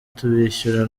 tubishyura